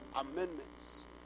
amendments